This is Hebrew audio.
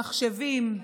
מחשבים.